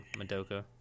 Madoka